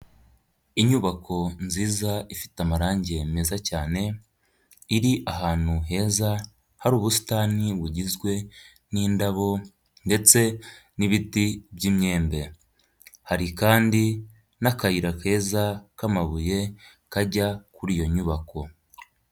Inyubako nziza ifite amarangi meza cyane, iri ahantu heza, hari ubusitani bugizwe n'indabo ndetse n'ibiti by'imyembe, hari kandi n'akayira keza k'amabuye kajya kuri iyo nyubako.